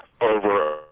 over